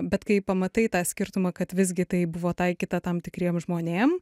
bet kai pamatai tą skirtumą kad visgi tai buvo taikyta tam tikriem žmonėm